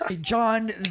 john